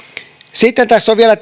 sitten tässä on vielä